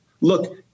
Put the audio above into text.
Look